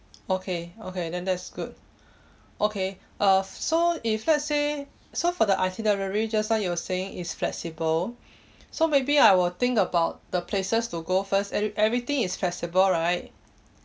okay okay then that's good okay uh so if let's say so for the itinerary just now you were saying is flexible so maybe I will think about the places to go first ev~ everything is flexible right